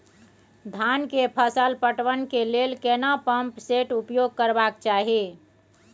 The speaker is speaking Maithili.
धान के फसल पटवन के लेल केना पंप सेट उपयोग करबाक चाही?